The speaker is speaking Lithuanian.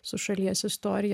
su šalies istorija